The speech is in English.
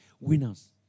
Winners